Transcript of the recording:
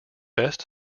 best